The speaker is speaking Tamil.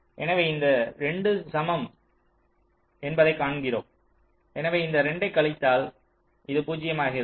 எனவே இந்த 2 சமம் என்பதைக் காண்கிறோம் எனவே இந்த 2 ஐக் கழித்தால் அது பூஜ்யமாகிறது